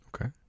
Okay